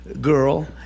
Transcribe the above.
girl